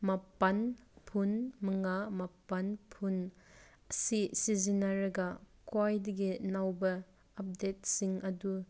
ꯃꯥꯄꯟ ꯐꯨꯟ ꯃꯉꯥ ꯃꯥꯄꯟ ꯐꯨꯟ ꯑꯁꯤ ꯁꯤꯖꯤꯟꯅꯔꯒ ꯈ꯭ꯋꯥꯏꯗꯒꯤ ꯅꯧꯕ ꯑꯞꯗꯦꯠꯁꯤꯡ ꯑꯗꯨ